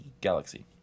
galaxy